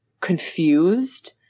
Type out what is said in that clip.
confused